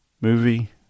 movie